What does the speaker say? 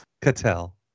Cattell